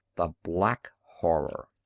the black horror.